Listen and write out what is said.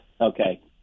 Okay